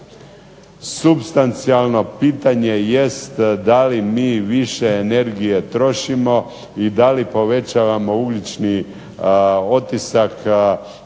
Supstancijalno pitanje jest da li mi više energije trošimo i da li povećavamo ugljični otisak